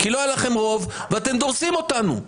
כי לא היה לכם רוב ואתם דורסים אותנו.